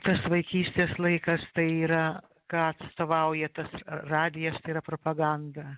tas vaikystės laikas tai yra ką atstovauja tas radijas tai yra propaganda